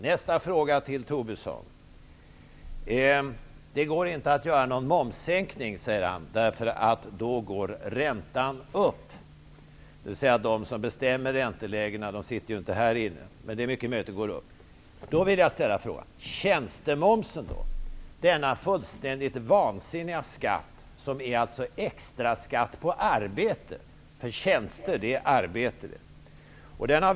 Nästa fråga till Tobisson: Lars Tobisson sade att det inte går att genomföra någon momssänkning, därför att räntan då går upp -- de som bestämmer över ränteläget sitter ju inte här inne, men det är mycket möjligt att räntan går upp. Hur är det med tjänstemomsen, denna fullständigt vansinniga skatt som innebär en extra skatt på arbete -- tjänster representerar nämligen arbete?